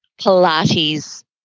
Pilates